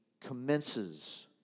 commences